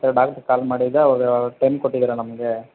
ಈ ಥರ ಡಾಕ್ಟ್ರ್ಗೆ ಕಾಲ್ ಮಾಡಿದ್ದೆ ಅವರು ಟೈಮ್ ಕೊಟ್ಟಿದ್ದಾರೆ ನಮಗೆ